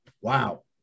wow